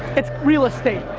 it's real estate,